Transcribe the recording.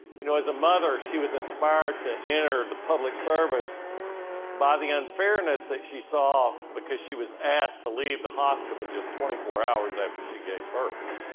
you know as a mother she was inspired to enter the public service by the unfairness that she saw because she was asked to leave the hospital just twenty four hours after she gave birth.